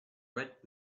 wet